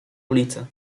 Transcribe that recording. ulice